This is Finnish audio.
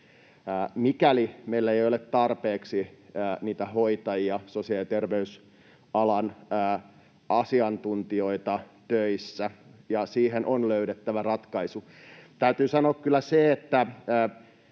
mikäli meillä ei ole töissä tarpeeksi niitä hoitajia, sosiaali- ja terveysalan asiantuntijoita, ja siihen on löydettävä ratkaisu. Täytyy sanoa kyllä se, että